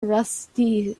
rusty